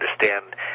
understand